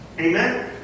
Amen